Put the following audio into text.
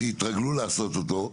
שהתרגלו לעשות אותו,